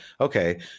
okay